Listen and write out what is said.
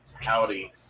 Howdy